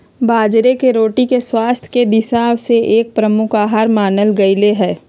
बाजरे के रोटी के स्वास्थ्य के दिशा से एक प्रमुख आहार मानल गयले है